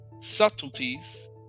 subtleties